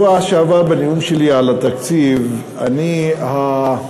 בנאום שלי על התקציב בשבוע שעבר,